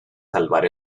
salvar